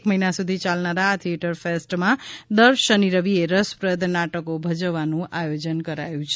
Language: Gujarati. એક મહિના સુધી યાલનાર આ થિચેટર ફેસ્ટમાં દર શનિ રવિચે રસપ્રદ નાટકો ભજવવાનું આયોજન કરાયું છે